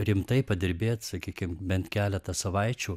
rimtai padirbėt sakykim bent keletą savaičių